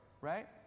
Right